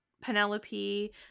penelope